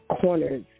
corners